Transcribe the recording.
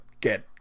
get